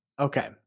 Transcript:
Okay